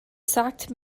sacked